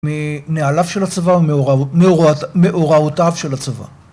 מנעליו של הצבא ומהוראותיו של הצבא.